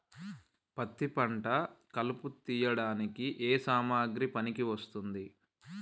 పత్తి పంట కలుపు తీయడానికి ఏ సామాగ్రి పనికి వస్తుంది?